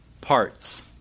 parts